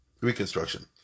Reconstruction